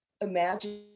Imagine